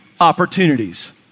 opportunities